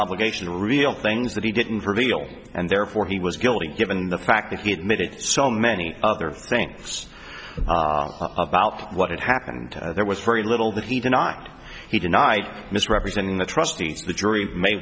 obligation a real things that he didn't reveal and therefore he was guilty given the fact that he admitted so many other things about what had happened there was very little that he did not he denied misrepresenting the trustees the jury may